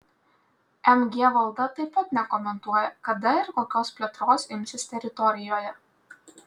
mg valda taip pat nekomentuoja kada ir kokios plėtros imsis teritorijoje